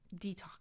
detox